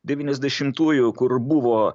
devyniasdešimtųjų kur buvo